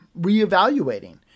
reevaluating